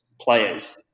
players